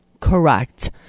Correct